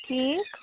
ٹھیٖک